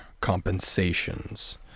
compensations